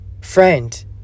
friend